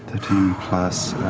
plus,